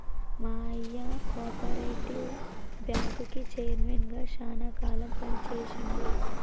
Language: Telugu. మా అయ్య కోపరేటివ్ బ్యాంకుకి చైర్మన్ గా శానా కాలం పని చేశిండు